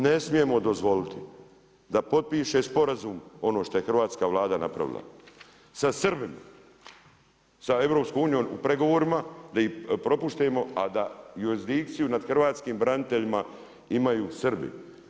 Ne smijemo dozvoliti da potpiše sporazum ono što je hrvatska Vlada napravila, sa Srbima, sa EU u pregovorima da ih propustimo a da jurisdikciju nad hrvatskim braniteljima imaju Srbi.